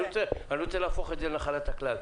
אני רוצה להפוך את זה לנחלת הכלל.